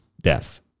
Death